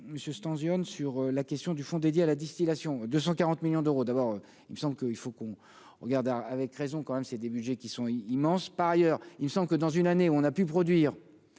monsieur temps urnes sur la question du fonds dédié à la distillation de 140 millions d'euros d'abord, il me semble que, il faut qu'on regarde avec raison, quand même, c'est des Budgets qui sont immenses, par ailleurs, il me semble que dans une année où on a pu produire